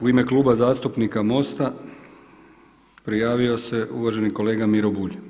U ime Kluba zastupnika MOST-a prijavio se uvaženi kolega Miro Bulj.